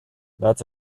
that’s